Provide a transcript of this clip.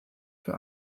für